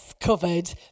covered